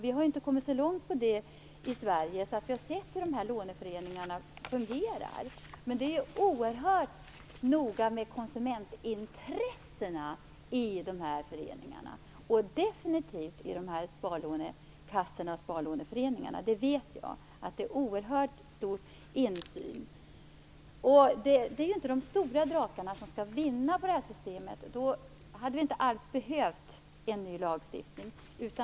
Vi har ju inte kommit så långt med det i Sverige att vi har sett hur sådana låneföreningar fungerar. Men det är oerhört noga med konsumentintressena i dessa föreningar, och det är det definitivt i sparlånekassorna och sparlåneföreningarna - det vet jag. Det är oerhört stor insyn. Det är ju inte de stora drakarna som skall vinna på det här systemet. I så fall hade det inte alls behövts en ny lagstiftning.